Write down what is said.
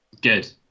Good